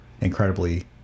incredibly